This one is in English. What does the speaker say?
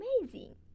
amazing